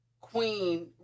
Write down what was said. Queen